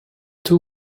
two